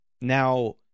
now